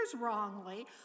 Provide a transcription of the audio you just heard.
wrongly